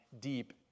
deep